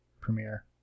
premiere